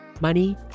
money